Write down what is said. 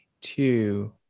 two